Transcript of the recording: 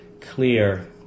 clear